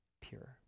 pure